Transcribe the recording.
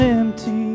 empty